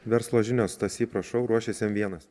verslo žinios stasy prašau ruošiasi m vienas